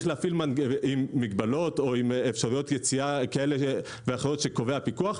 עם מגבלות או עם אפשרויות יציאה כאלה ואחרות שקובע הפיקוח,